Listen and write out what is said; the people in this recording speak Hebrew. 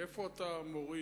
איפה אתה מוריד?